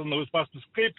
naujus pastatus kaip